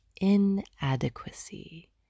Inadequacy